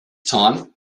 time